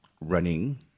running